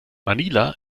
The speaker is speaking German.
manila